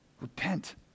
repent